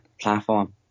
platform